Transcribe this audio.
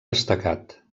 destacat